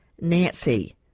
nancy